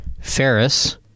Ferris